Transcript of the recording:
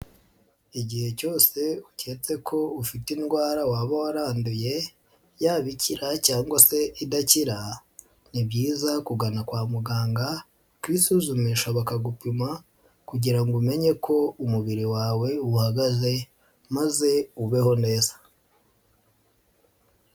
Igihe cyose uketse ko ufite indwara waba waranduye, yaba ikira cyangwa se idakira, ni byiza kugana kwa muganga, kwisuzumisha bakagupima kugira ngo umenye ko umubiri wawe uhagaze maze ubeho neza.